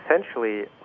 essentially